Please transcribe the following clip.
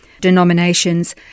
denominations